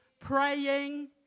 praying